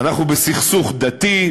אנחנו בסכסוך דתי,